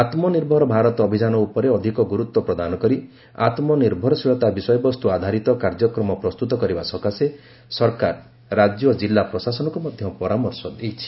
ଆତ୍ମନିର୍ଭର ଭାରତ ଅଭିଯାନ ଉପରେ ଅଧିକ ଗୁରୁତ୍ୱ ପ୍ରଦାନ କରି ଆତ୍କନିର୍ଭରଶୀଳତା ବିଷୟବସ୍ତୁ ଆଧାରିତ କାର୍ଯ୍ୟକ୍ରମ ପ୍ରସ୍ତୁତ କରିବା ସକାଶେ ସରକାର ରାଜ୍ୟ ଓ ଜିଲ୍ଲା ପ୍ରଶାସନକୁ ମଧ୍ୟ ପରାମର୍ଶ ଦେଇଛି